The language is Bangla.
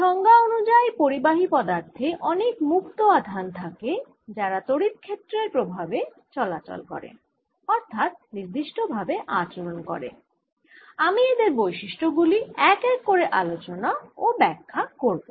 সংজ্ঞা অনুযায়ী পরিবাহী পদার্থে অনেক মুক্ত আধান থাকে যারা তড়িৎ ক্ষেত্রের প্রভাবে চলাচল করে অর্থাৎ নির্দিষ্ট ভাবে আচরণ করে আমি এদের বৈশিষ্ট্য গুলি এক এক করে আলোচনা ও ব্যাখ্যা করব